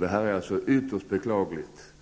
Det här är ytterst beklagligt.